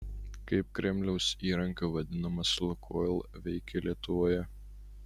kaip kremliaus įrankiu vadinamas lukoil veikė lietuvoje